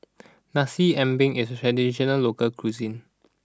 Nasi Ambeng is a traditional local cuisine